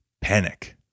panic